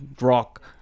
rock